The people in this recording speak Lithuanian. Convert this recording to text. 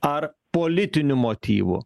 ar politinių motyvų